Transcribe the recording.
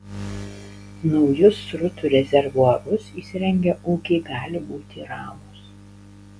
naujus srutų rezervuarus įsirengę ūkiai gali būti ramūs